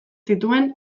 zituen